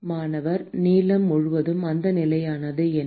மாணவர் நீளம் முழுவதும் அந்த நிலையானது என்ன